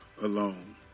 alone